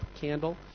candle